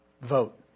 vote